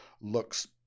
looks